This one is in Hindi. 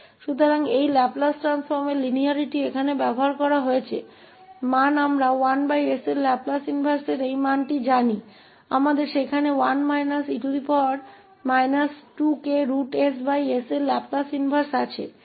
तो इस लैपलेस ट्रांसफॉर्म की रैखिकता का उपयोग यहां किया जाता है और हम 1s के लाप्लास व्युत्क्रम के इस मूल्य को जानते हैं हमारे पास वहां 1 है और फिर इस फ़ंक्शन e 2kss का माइनस लैपलेस व्युत्क्रम है